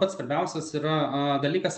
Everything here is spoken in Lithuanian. pats svarbiausias yra dalykas